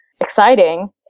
exciting